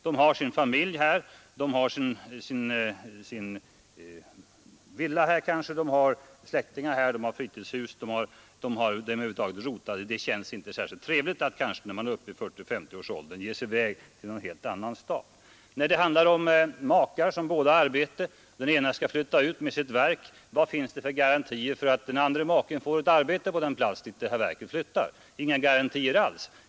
De har sin familj här, de kanske har en villa här, de har släktingar här, de har fritidshus i närheten. Det känns inte särskilt trevligt att i 40—50-årsåldern bara ge sig i väg till en annan stad. Det kanske handlar om makar som båda har arbete. Om då den ena maken skall flytta ut med sitt verk, vilka garantier finns det för att den andra maken får ett arbete på den plats dit verket flyttar? Inga alls.